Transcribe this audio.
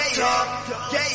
talk